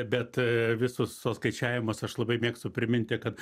bet visus tuos skaičiavimus aš labai mėgstu priminti kad